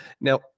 now